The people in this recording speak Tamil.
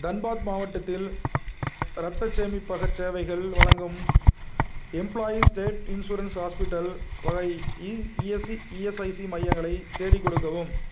தன்பாத் மாவட்டத்தில் இரத்தச் சேமிப்பகச் சேவைகள் வழங்கும் எம்ப்ளாயீஸ் ஸ்டேட் இன்சூரன்ஸ் ஹாஸ்பிட்டெல் வகை இ இஎஸ்சி இஎஸ்ஐசி மையங்களை தேடிக் கொடுக்கவும்